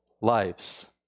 lives